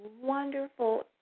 wonderful